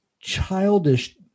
childish